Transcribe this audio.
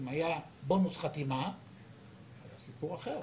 כי אם היה בונוס חתימה זה היה סיפור אחר.